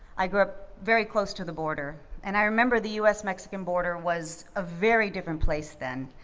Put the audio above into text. i grew up very close to the border and i remember the us mexican border was a very different place then.